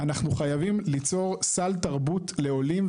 אנחנו חייבים ליצור סל תרבות לעולים,